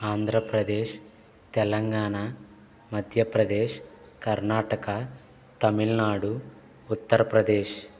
Andhra Pradesh Telangana Madhya Pradesh Karnataka Tamil Nadu Uttar Pradesh